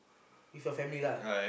with your family lah